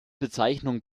bezeichnung